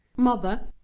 mother,